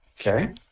Okay